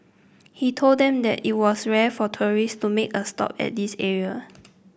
he told them that it was rare for tourist to make a stop at this area